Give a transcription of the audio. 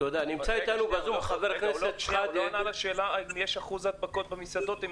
הוא לא נתן נתונים לגבי מספר הנדבקים במסעדות.